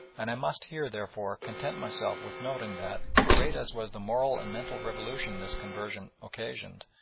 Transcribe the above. and i must here therefore content myself with noting that, great as was the moral and mental revolution this conversion occasioned,